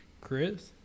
Chris